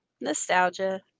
Nostalgia